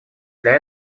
для